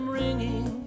ringing